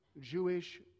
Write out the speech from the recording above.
Jewish